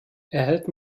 erhält